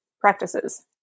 practices